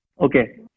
okay